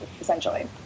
essentially